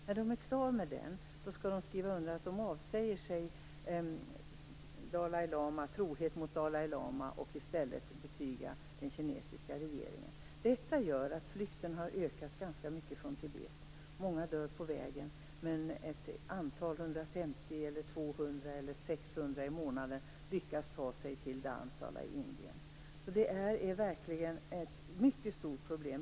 När de är klara med den skall de skriva under att de avsäger sig trohet mot Dalai lama. I stället skall de betyga den kinesiska regeringen sin trohet. Detta gör att antalet flyktingar från Tibet har ökat ganska mycket. Många dör på vägen, men 150, 200 eller 600 i månaden lyckas ta sig till Indien. Detta är verkligen ett mycket stort problem.